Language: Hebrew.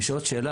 יש לי עוד שאלה.